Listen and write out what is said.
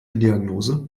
diagnose